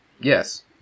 yes